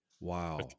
Wow